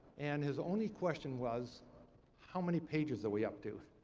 and his only question was how many pages are we up to?